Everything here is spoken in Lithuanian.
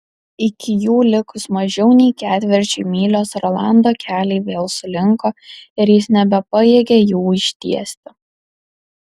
iki jų likus mažiau nei ketvirčiui mylios rolando keliai vėl sulinko ir jis nebepajėgė jų ištiesti